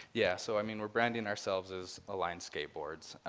yeah. so i mean we're branding ourselves as ah line skateboards.